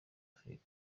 firigo